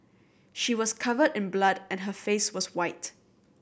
she was covered in blood and her face was white